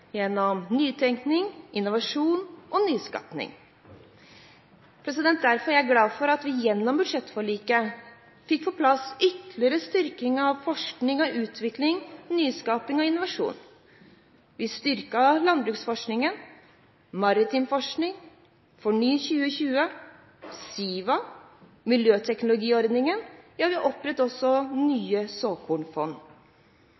gjennom økt oppmerksomhet, gjennom nytenkning, innovasjon og nyskaping. Derfor er jeg glad for at vi gjennom budsjettforliket fikk på plass en ytterligere styrking av forskning og utvikling, nyskaping og innovasjon. Vi styrket landbruksforskningen, marin forskning, FORNY2020, Siva og miljøteknologiordningen, og vi opprettet nye såkornfond. Dette er viktige grep for